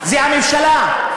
זה הממשלה.